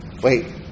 Wait